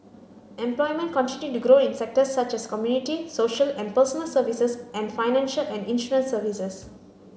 employment continued to grow in sectors such as community social and personal services and financial and insurance services